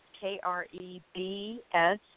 K-R-E-B-S